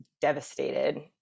devastated